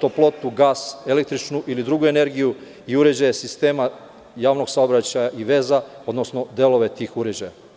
toplotu, gas, električnu ili drugu energiju i uređaje sistema javnog saobraćaja i veza, odnosno delove tih uređaja.